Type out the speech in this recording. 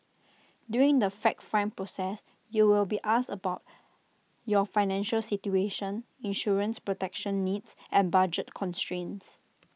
during the fact find process you will be asked about your financial situation insurance protection needs and budget constraints